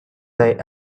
they